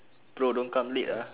bro don't come late ah